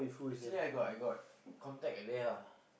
actually I got I got contact Leah